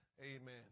Amen